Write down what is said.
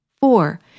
Four